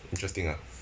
interesting ah